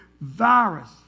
virus